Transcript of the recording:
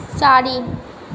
चारि